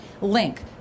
link